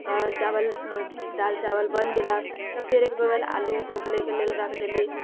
चावल दालि चावल बन गेलक तब फेर एक बगल आलू उबलेके लेल रख देली